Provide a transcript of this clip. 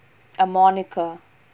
a moniker